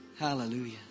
hallelujah